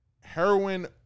Heroin